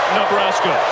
Nebraska